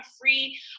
free